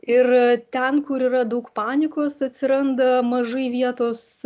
ir ten kur yra daug panikos atsiranda mažai vietos